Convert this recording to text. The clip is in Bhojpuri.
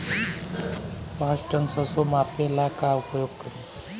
पाँच टन सरसो मापे ला का उपयोग करी?